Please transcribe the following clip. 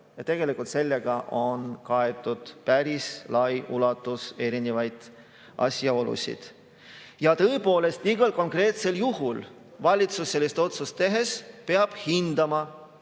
Tegelikult sellega on kaetud päris lai ulatus erinevaid asjaolusid. Ja tõepoolest, igal konkreetsel juhul valitsus sellist otsust tehes peab hindama, kas